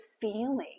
feeling